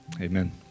Amen